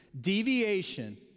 Deviation